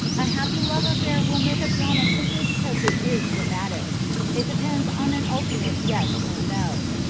a happy love-affair will make a drama simply because it is dramatic it depends on an ultimate yes or no.